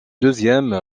deuxième